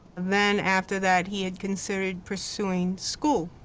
then, after that, he had considered pursuing school.